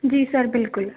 जी sir बिल्कुल